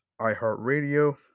iHeartRadio